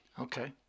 Okay